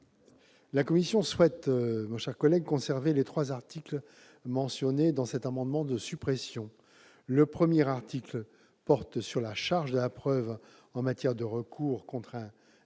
la commission souhaite conserver les trois articles mentionnés dans cet amendement de suppression. Le premier article porte sur la charge de la preuve en matière de recours contre